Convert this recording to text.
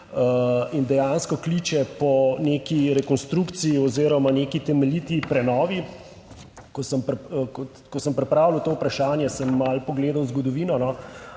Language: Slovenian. in dejansko kliče po neki rekonstrukciji oziroma neki temeljiti prenovi. Ko sem pripravljal to vprašanje, sem malo pogledal v zgodovino